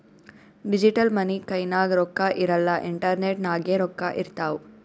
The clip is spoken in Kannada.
ಡಿಜಿಟಲ್ ಮನಿ ಕೈನಾಗ್ ರೊಕ್ಕಾ ಇರಲ್ಲ ಇಂಟರ್ನೆಟ್ ನಾಗೆ ರೊಕ್ಕಾ ಇರ್ತಾವ್